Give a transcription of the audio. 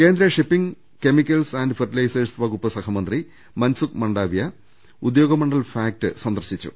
കേന്ദ്ര shipping chemicals and fertilisers വകുപ്പ് സഹമന്ത്രി മൻസുഖ് മൻഡാവിയ ഉദ്യോഗ് മണ്ഡൽ ഫാക്ട് സന്ദർശിച്ചു